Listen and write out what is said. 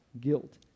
guilt